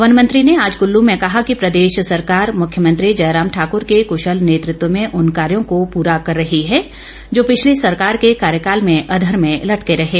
one मंत्री ने आज कुल्लू में कहा कि प्रदेश सरकार मुख्यमंत्री जयराम ठाकुर के कुशल नेतृत्व में उन कार्यों को पूरा कर रही है जो पिछली सरकार के कार्यकाल में अधर में लटके रहें